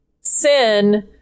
sin